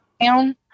down